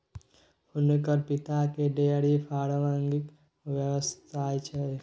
हुनकर पिताकेँ डेयरी फार्मिंगक व्यवसाय छै